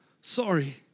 sorry